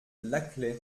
laclais